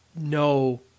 no